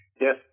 Yes